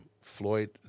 Floyd